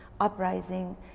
uprising